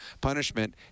punishment